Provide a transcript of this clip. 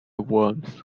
worms